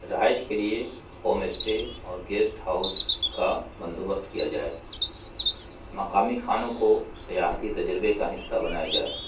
رہائش کے لیے ہوم اسٹے اور گیسٹ ہاؤس کا بندوبست کیا جائے مقامی کھانوں کو سیاحتی تجربے کا حصہ بنایا جائے